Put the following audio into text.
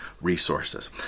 resources